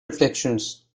reflections